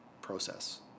process